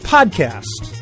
Podcast